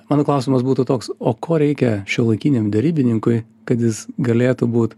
mano klausimas būtų toks o ko reikia šiuolaikiniam derybininkui kad jis galėtų būt